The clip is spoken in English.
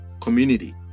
community